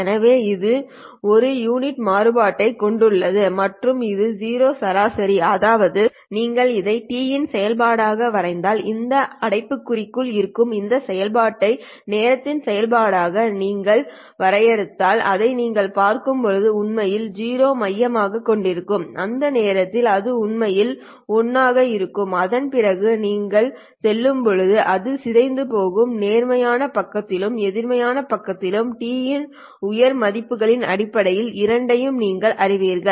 எனவே இது 1 யூனிட் மாறுபாட்டைக் கொண்டுள்ளது மற்றும் இது 0 சராசரி அதாவது நீங்கள் இதை t இன் செயல்பாடாக வரைந்தால் இந்த அடைப்புக்குறியில் இருக்கும் இந்த செயல்பாட்டை நேரத்தின் செயல்பாடாக நீங்கள் வரைந்தால் அதை நீங்கள் பார்க்கும் போது உண்மையில் 0 மையமாகக் கொண்டிருக்கும் அந்த நேரத்தில் அது உண்மையில் 1 ஆக இருக்கும் அதன் பிறகு நீங்கள் செல்லும்போது அது சிதைந்து போகும் நேர்மறையான பக்கத்திலும் எதிர்மறையான பக்கத்திலும் t இன் உயர் மதிப்புகளின் அடிப்படையில் இரண்டையும் நீங்கள் அறிவீர்கள்